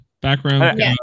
Background